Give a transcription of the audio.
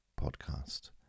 Podcast